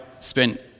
spent